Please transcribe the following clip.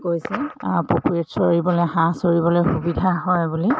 গৈছে পুখুৰীত চৰিবলৈ হাঁহ চৰিবলৈ সুবিধা হয় বুলি